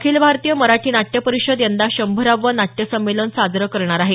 अखिल भारतीय मराठी नाट्य परिषद यंदा शंभरावं नाट्य संमेलन साजरं करणार आहे